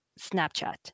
Snapchat